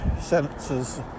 sentences